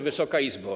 Wysoka Izbo!